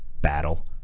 battle